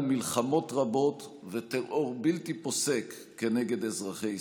מלחמות רבות וטרור בלתי פוסק כנגד אזרחי ישראל.